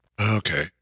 okay